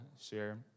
share